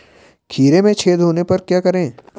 खीरे में छेद होने पर क्या करें?